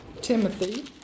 Timothy